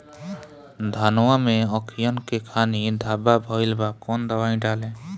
धनवा मै अखियन के खानि धबा भयीलबा कौन दवाई डाले?